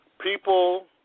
People